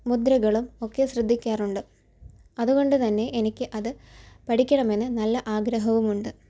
മുദ്രകളും ഒക്കെ ശ്രദ്ധിക്കാറുണ്ട് അതുകൊണ്ട് തന്നെ എനിക്ക് അത് പഠിക്കണമെന്ന് നല്ല ആഗ്രഹവും ഉണ്ട്